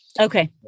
Okay